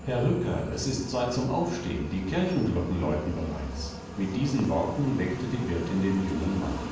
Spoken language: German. herr rücker es ist zeit zum aufstehen die kirchenglocken läuten bereits mit diesen worten weckte die wirtin den jungen mann